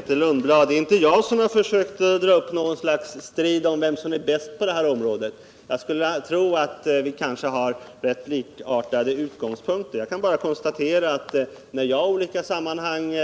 Herr talman! Det är inte jag som försökt ta upp något slags strid om vem som är bäst på det här området, Grethe Lundblad. Jag tror att vi har rätt likartade utgångspunkter. Jag kan bara konstatera att när jag i olika sammanhang